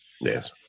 Yes